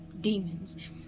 demons